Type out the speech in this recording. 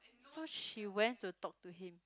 so she went to talk to him